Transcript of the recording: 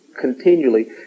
continually